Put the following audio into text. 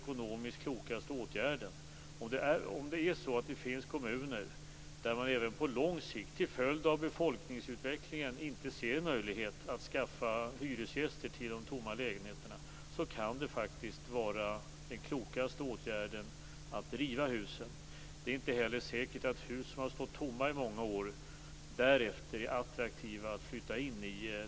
Jag tror att det i vissa fall är så. Om det finns kommuner där man även på lång sikt till följd av befolkningsutvecklingen inte ser en möjlighet att skaffa hyresgäster till de tomma lägenheterna, kan det faktiskt vara den klokaste åtgärden att riva husen. Det är inte heller säkert att hus som har stått tomma i många år därefter är attraktiva att flytta in i.